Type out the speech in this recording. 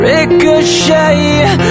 Ricochet